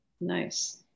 Nice